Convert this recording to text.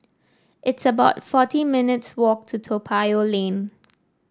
it's about forty minutes' walk to Toa Payoh Lane